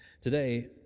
Today